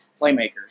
playmakers